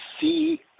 see